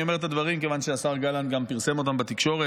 אני אומר את הדברים כיוון שהשר גלנט גם פרסם אותם בתקשורת,